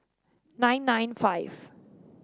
nine nine five